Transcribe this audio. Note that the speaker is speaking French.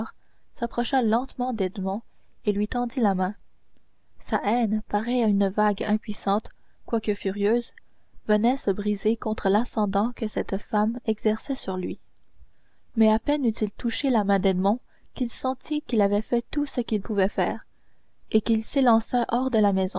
s'approcha lentement d'edmond et tendit la main sa haine pareille à une vague impuissante quoique furieuse venait se briser contre l'ascendant que cette femme exerçait sur lui mais à peine eut-il touché la main d'edmond qu'il sentit qu'il avait fait tout ce qu'il pouvait faire et qu'il s'élança hors de la maison